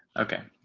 okay,